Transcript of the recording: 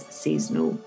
seasonal